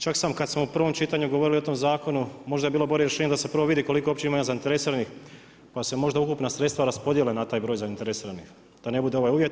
Čak sam kada smo u prvom čitanju govorili o tom zakonu, možda bi bilo bolje rješenje da se vidi koliko uopće ima zainteresiranih pa se možda ukupna sredstva rasporede na taj broj zainteresiranih, da ne bude ovaj uvjet.